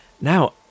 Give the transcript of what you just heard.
Now